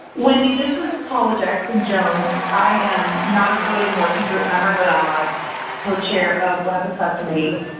wendy, this is paula jackson jones. i am not a voting working group member, but i'm a co-chair of one of the subcommittees.